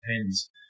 depends